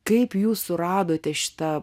kaip jūs suradote šitą